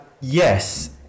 Yes